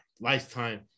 Lifetime